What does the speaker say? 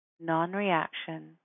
non-reaction